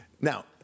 Now